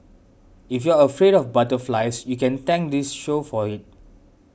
if you're afraid of butterflies you can thank this show for it